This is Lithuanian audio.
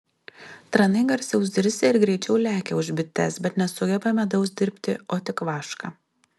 tranai garsiau zirzia ir greičiau lekia už bites bet nesugeba medaus dirbti o tik vašką